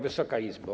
Wysoka Izbo!